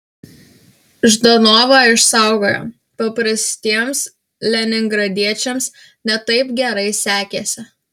ždanovą išsaugojo paprastiems leningradiečiams ne taip gerai sekėsi